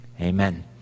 Amen